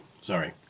Sorry